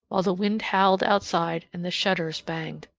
while the wind howled outside and the shutters banged.